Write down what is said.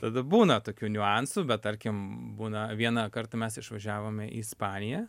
tada būna tokių niuansų bet tarkim būna vieną kartą mes išvažiavome į ispaniją